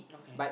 okay